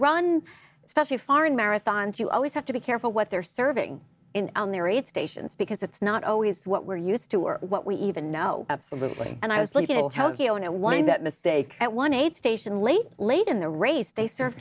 run especially foreign marathons you always have to be careful what they're serving on their aid stations because it's not always what we're used to or what we even know absolutely and i was sleeping in tokyo and wind that mistake at one eight station late late in the race they serve